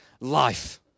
life